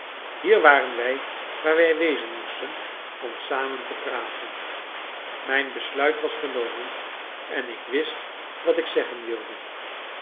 hier waren wij waar wij wezen moesten om samen te praten mijn besluit was genomen en ik wist wat ik zeggen wilde